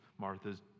Martha's